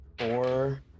Four